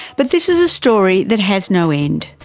but this is a story that has no end,